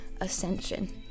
ascension